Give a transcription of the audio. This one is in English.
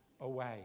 away